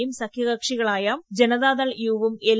യും സഖ്യ കക്ഷികളായ ജനതാദൽ യു ഉം എൽ